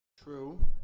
True